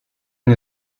nie